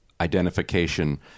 identification